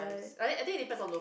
price I I think it depends on lo~